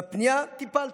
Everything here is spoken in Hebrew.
בפנייה, טיפלתי,